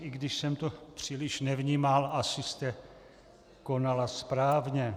I když jsem to příliš nevnímal, asi jste konala správně.